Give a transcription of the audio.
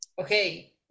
okay